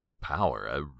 power